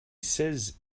says